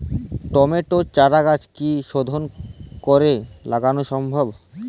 টমেটোর চারাগাছ কি শোধন করে লাগানো সম্ভব?